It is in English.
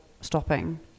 stopping